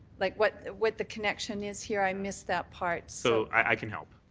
like what what the connection is here, i missed that part. so i can help.